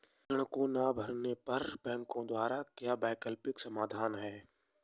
ऋण को ना भरने पर बैंकों द्वारा क्या वैकल्पिक समाधान हैं?